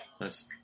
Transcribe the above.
Nice